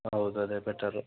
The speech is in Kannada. ಹೌದು ಅದೇ ಬೆಟರ್